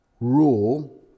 rule